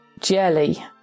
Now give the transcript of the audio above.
jelly